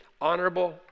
honorable